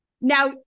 Now